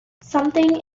something